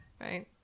right